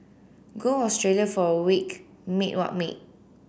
go Australia for a week mate what mate